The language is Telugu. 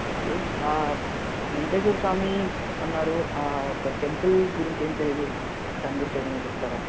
ఓకే వెంకటేశ్వర స్వామి అన్నారు ఆ యొక్క టెంపుల్ గురించి ఏమీ తెలియదు దాని గురించి ఏదైనా చెప్తారా